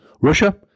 Russia